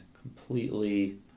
completely